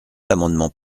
l’amendement